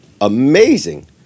amazing